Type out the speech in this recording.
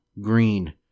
green